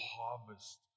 harvest